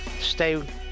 Stay